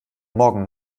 morgen